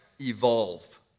evolve